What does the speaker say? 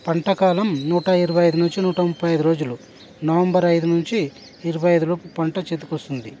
పంటకాలం నూట ఇరవై ఐదు నుంచి నూట ముప్ఫైఐదు రోజులు నవంబర్ ఐదు నుంచి ఇరవై ఐదు లోపు పంట చేతికి వస్తుంది